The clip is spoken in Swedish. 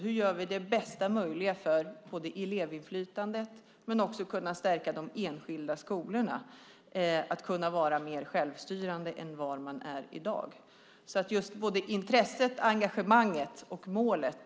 Hur gör vi det bästa möjliga för elevinflytandet och för att kunna stärka de enskilda skolorna att vara mer självstyrande än vad de är i dag? Vi delar alltså intresset, engagemanget och målet.